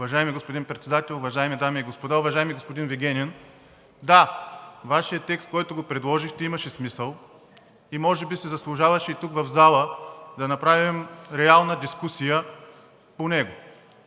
Уважаеми господин Председател, уважаеми дами и господа! Уважаеми господин Вигенин, да, текстът, който предложихте, имаше смисъл. Може би си заслужаваше тук в залата да направим реална дискусия по него